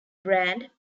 brand